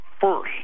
first